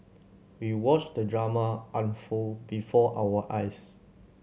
we watched the drama unfold before our eyes